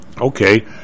okay